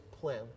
plan